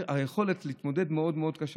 והיכולת להתמודד מאוד מאוד קשה.